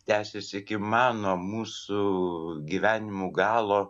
tęsis iki mano mūsų gyvenimo galo